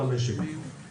בכל מקרה,